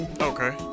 Okay